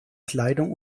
kleidung